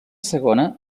segona